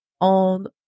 on